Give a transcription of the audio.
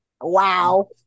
wow